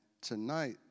tonight